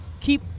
keep